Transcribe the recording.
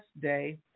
day